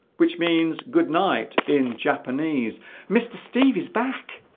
which means good night in japanese mr. steve is back